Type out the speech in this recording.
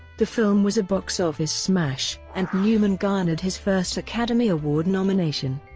the film was a box office smash and newman garnered his first academy award nomination.